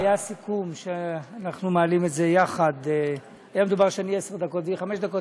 אנחנו עוברים להצעת חוק גיל פרישה (תיקון מס' 6) (אי-העלאת גיל הפרישה),